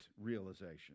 realization